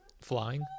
Flying